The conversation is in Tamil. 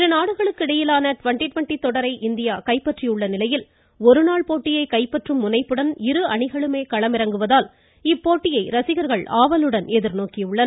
இருநாடுகளுக்கு இடையிலான ட்வெண்ட்டி ட்வெண்ட்டி தொடரை இந்தியா கைப்பற்றியுள்ள நிலையில் ஒரு நாள் போட்டியை கைப்பற்றும் முனைப்புடன் இரு அணிகளுமே களமிறங்குவதால் இப்போட்டியை ரசிகர்கள் ஆவலுடன் எதிர்நோக்கியுள்ளனர்